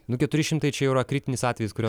nu keturi šimtai čia jau yra kritinis atvejis kurio